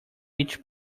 each